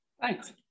Thanks